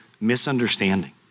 misunderstanding